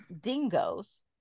dingoes